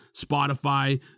Spotify